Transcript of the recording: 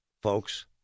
Folks